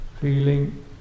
Feeling